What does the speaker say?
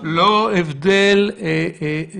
נשמע גם חלוקה של משת"פים ולא משת"פים?